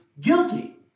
guilty